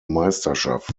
meisterschaft